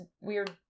weird